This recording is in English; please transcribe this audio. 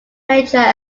major